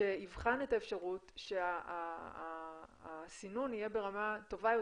שיבחן את האפשרות שהסינון יהיה ברמה טובה יותר,